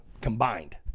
Combined